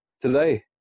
today